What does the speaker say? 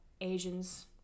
Asians